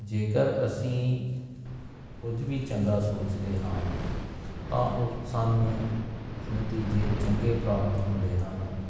ਜੇਕਰ ਅਸੀਂ ਕੁਝ ਵੀ ਚੰਗਾ ਸੋਚਦੇ ਹਾਂ ਤਾਂ ਉਹ ਸਾਨੂੰ ਨਤੀਜੇ ਚੰਗੇ ਪ੍ਰਾਪਤ ਹੁੰਦੇ ਹਨ